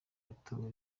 yatoye